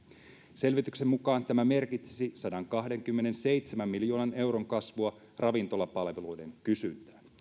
selvityksen mukaan tämä merkitsisi sadankahdenkymmenenseitsemän miljoonan euron kasvua ravintolapalveluiden kysyntään